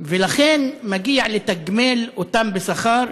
ולכן מגיע לתגמל אותם בשכר,